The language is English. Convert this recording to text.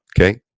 Okay